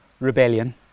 rebellion